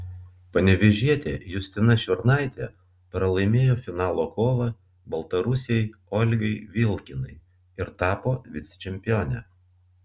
panevėžietė justina šiurnaitė pralaimėjo finalo kovą baltarusei olgai vilkinai ir tapo vicečempione